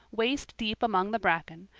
waist deep among the bracken,